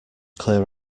clear